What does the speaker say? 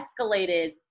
escalated